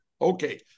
Okay